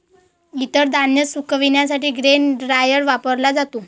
इतर धान्य सुकविण्यासाठी ग्रेन ड्रायर वापरला जातो